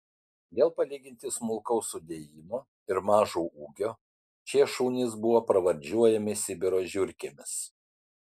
dėl palyginti smulkaus sudėjimo ir mažo ūgio šie šunys buvo pravardžiuojami sibiro žiurkėmis